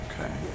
Okay